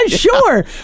sure